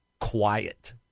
quiet